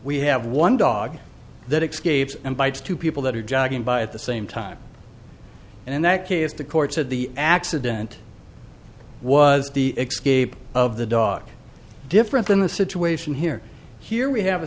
we have one dog that excuse and bites two people that are jogging by at the same time and in that case the court said the accident was the excuse of the dog different than the situation here here we have a